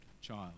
child